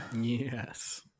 Yes